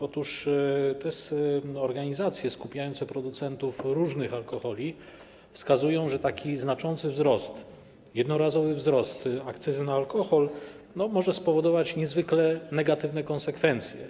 Otóż te organizacje skupiające producentów różnych alkoholi wskazują, że taki znaczący jednorazowy wzrost akcyzy na alkohol może spowodować niezwykle negatywne konsekwencje.